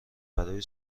برای